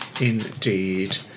Indeed